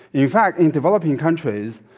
in fact, in developing countries,